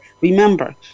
remember